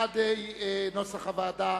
66 בעד נוסח הוועדה,